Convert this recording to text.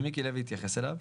ומיקי לוי התייחס אליו,